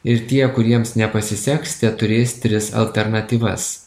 ir tie kuriems nepasiseks teturės tris alternatyvas